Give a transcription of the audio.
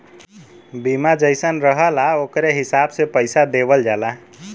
बीमा जइसन रहला ओकरे हिसाब से पइसा देवल जाला